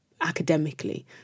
academically